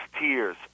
tears